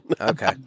Okay